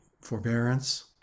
forbearance